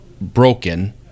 broken